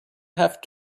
have